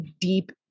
deep